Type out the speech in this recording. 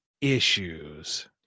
issues